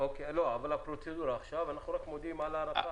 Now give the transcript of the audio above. אנחנו עכשיו מודיעים רק על הארכה?